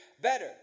better